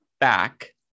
back